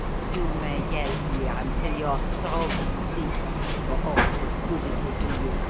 you may yell here until your throat splits, for all the good it will do you.